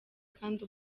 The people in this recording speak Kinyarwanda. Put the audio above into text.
kandi